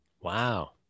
Wow